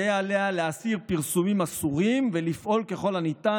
יהא עליה להסיר פרסומים אסורים ולפעול ככל הניתן